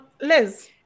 Liz